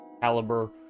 caliber